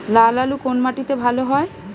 লাল আলু কোন মাটিতে ভালো হয়?